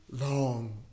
long